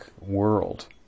world